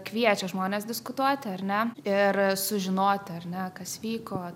kviečia žmones diskutuoti ar ne ir sužinoti ar ne kas vyko